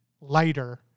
lighter